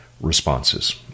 responses